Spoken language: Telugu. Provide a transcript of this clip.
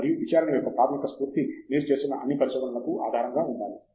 మరియు విచారణ యొక్క ప్రాథమిక స్ఫూర్తి మీరు చేస్తున్న అన్ని పరిశోధనలకు ఆధారంగా ఉండాలి